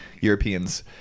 Europeans